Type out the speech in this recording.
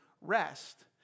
rest